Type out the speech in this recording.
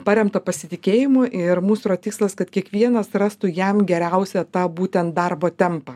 paremta pasitikėjimu ir mūs tikslas kad kiekvienas rastų jam geriausią ta būtent darbo tempą